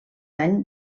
any